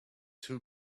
two